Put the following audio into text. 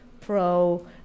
pro